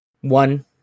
One